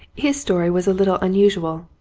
his story was a little unusual.